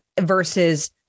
versus